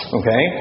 okay